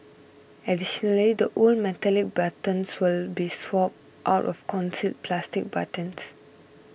additionally the old metallic buttons will be swapped out of concealed plastic buttons